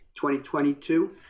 2022